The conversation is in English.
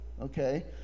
Okay